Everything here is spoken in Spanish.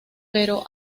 pero